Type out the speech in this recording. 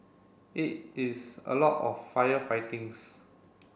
it is a lot of firefightings